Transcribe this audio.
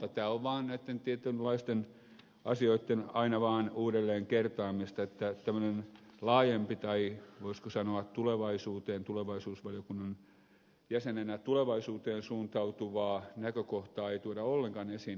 tämä on vaan näitten tietynlaisten asioitten aina vaan uudelleen kertaamista tämmöistä laajempaa tai voisiko sanoa tulevaisuuteen tulevaisuusvaliokunnan jäsenenä tulevaisuuteen suuntautuvaa näkökohtaa ei tuoda ollenkaan esiin